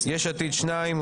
יש עתיד שניים,